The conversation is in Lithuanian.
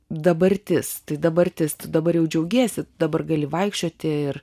dabartis tai dabartis dabar jau džiaugiesi dabar gali vaikščioti ir